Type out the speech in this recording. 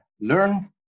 learn